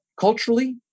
culturally